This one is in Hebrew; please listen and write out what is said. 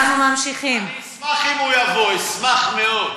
אני אשמח אם הוא יבוא, אשמח מאוד.